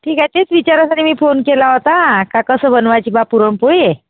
ठीक आहे तेच विचारायसाठी मी फोन केला होता का कसं बनवायची बा पुरणपोळी